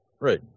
right